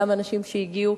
גם מאנשים שהגיעו